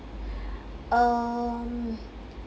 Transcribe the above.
um